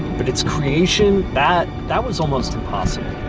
but its creation? that, that was almost impossible.